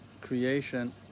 creation